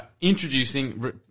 introducing